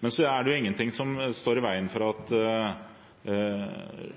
Men så er det ingenting som står i veien for at